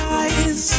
eyes